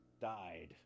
died